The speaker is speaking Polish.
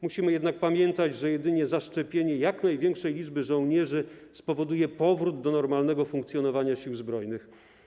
Musimy jednak pamiętać, że jedynie zaszczepienie jak największej liczby żołnierzy spowoduje powrót do normalnego funkcjonowania Sił Zbrojnych.